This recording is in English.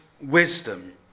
wisdom